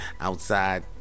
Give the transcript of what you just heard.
outside